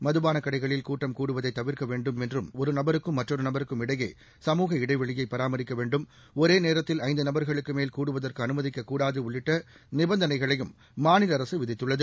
மதுபானக் கடைகளில் கூட்டம் கூடுவதை தவிர்க்க வேண்டும் ஒரு நபருக்கும் மற்றொரு நபருக்கும் இடையே சமூக இடைவெளியை பராமரிக்க வேண்டும் ஒரேநேரத்தில் ஐந்து நபர்களுக்கு மேல் கூடுவதற்கு அனுமதிக்கக்கூடாது உள்ளிட்ட நிபந்தனைகளையும் மாநில அரசு விதித்துள்ளது